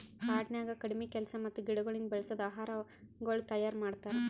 ಕಾಡನ್ಯಾಗ ಕಡಿಮಿ ಕೆಲಸ ಮತ್ತ ಗಿಡಗೊಳಿಂದ್ ಬೆಳಸದ್ ಆಹಾರಗೊಳ್ ತೈಯಾರ್ ಮಾಡ್ತಾರ್